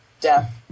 death